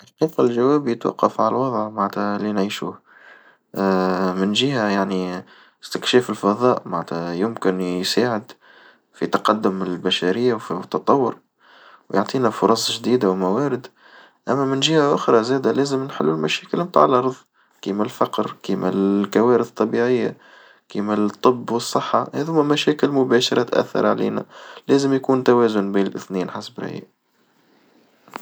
الحقيقة الجواب يتوقف على الوضع معنتها اللي نعيشوه من جهة يعني استكشاف الفظاء معنتها يمكن يساعد في تقدم البشرية وفي التطور ويعطينا فرص جديدة وموارد أما من جهة أخرى زادا لازم نحلو المشاكل متاع الأرض كيما الفقر كيما الكوارث الطبيعية كيما الطب والصحة هذوما مشاكل مباشرة تأثر علينا، لازم يكون توازن بين الاثنين حسب رأيي.